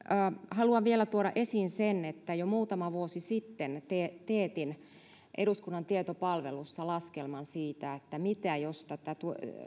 haluan vielä tuoda esiin sen että jo muutama vuosi sitten teetin eduskunnan tietopalvelussa laskelman siitä että mitä jos tätä